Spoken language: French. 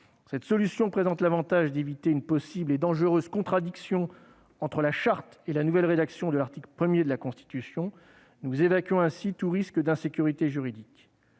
Cette solution permet d'éviter une possible et dangereuse contradiction entre la Charte et la nouvelle rédaction de l'article 1 de la Constitution. Nous évacuons ainsi tout risque d'insécurité juridique.